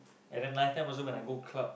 and then night time also when I go club